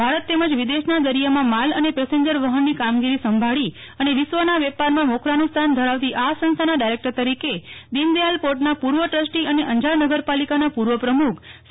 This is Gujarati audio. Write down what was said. ભારત તેમજ વિદેશના દરિયામાં માલ અને પેસેન્જર વહનની કામગીરી સંભાળી અને વિશ્વના વેપારમાં મોખરાનું સ્થાન ધરાવતી આ સંસ્થાના ડાયરેકટર તરીકે દીનદયાલ પોર્ટના પૂર્વ ટ્રસ્ટી અને અંજાર નગરપાલિકાના પૂર્વ પ્રમુખ સી